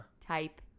Type